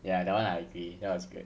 ya that [one] I agree that was great